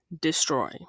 Destroy